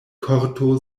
korto